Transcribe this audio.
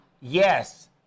Yes